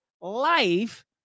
life